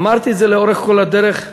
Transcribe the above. אמרתי את זה לאורך כל הדרך,